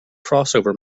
crossover